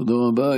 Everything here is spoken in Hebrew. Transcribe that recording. תודה רבה.